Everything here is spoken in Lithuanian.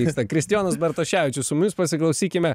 vyksta kristijonas bartoševičius su mumis pasiklausykime